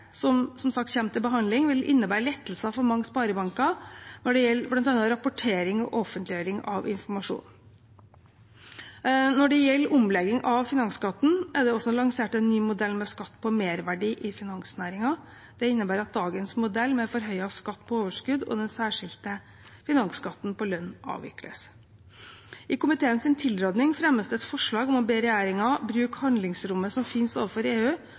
som som sagt kommer til behandling, vil innebære lettelser for mange sparebanker når det gjelder bl.a. rapportering og offentliggjøring av informasjon. Når det gjelder omlegging av finansskatten, er det også lansert en ny modell med skatt på merverdi i finansnæringen. Det innebærer at dagens modell, med forhøyet skatt på overskudd og den særskilte finansskatten på lønn, avvikles. I komiteens tilråding fremmes det et forslag om å be regjeringen bruke handlingsrommet som finnes overfor EU,